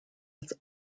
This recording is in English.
its